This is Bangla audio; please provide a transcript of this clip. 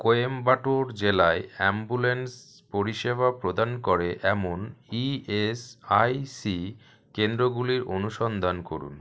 কোয়েম্বাটুর জেলায় অ্যাম্বুলেন্স পরিষেবা প্রদান করে এমন ইএসআইসি কেন্দ্রগুলির অনুসন্ধান করুন